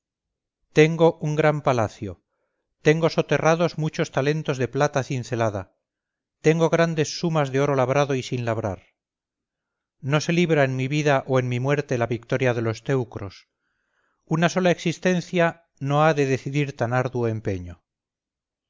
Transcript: tengo un gran palacio tengo soterrados muchos talentos de plata cincelada tengo grandes sumas de oro labrado y sin labrar no se libra en mi vida o en mi muerte la victoria de los teucros una sola existencia no ha de decidir tan arduo empeño